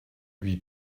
lui